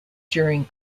during